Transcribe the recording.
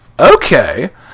Okay